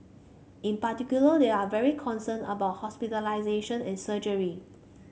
in particular they are very concerned about hospitalisation and surgery